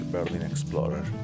Berlinexplorer